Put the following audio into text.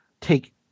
take